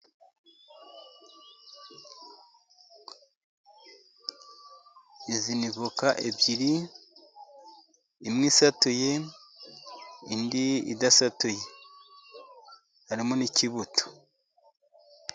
Izi ni voka ebyiri, imwe isatuye, indi idasatuye harimo n'ikibuto.